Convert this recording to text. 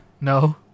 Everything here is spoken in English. No